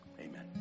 Amen